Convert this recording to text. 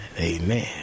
Amen